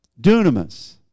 Dunamis